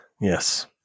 Yes